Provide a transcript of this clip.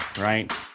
right